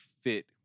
fit